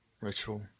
ritual